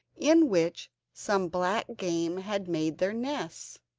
in which some black-game had made their nests,